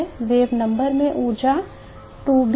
wave number में ऊर्जा 2B है